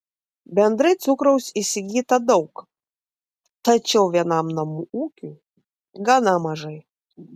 bendrai cukraus įsigyta daug tačiau vienam namų ūkiui gana mažai